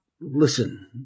Listen